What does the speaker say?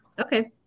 Okay